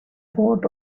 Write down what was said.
bought